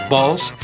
Balls